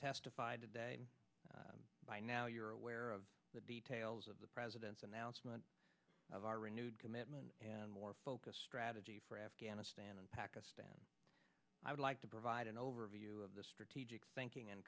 testify by now you're aware of the details of the president's announcement of our renewed commitment and more focused strategy for afghanistan and pakistan i would like to provide an overview of the strategic thinking